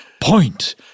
Point